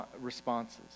responses